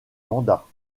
mandats